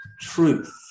truth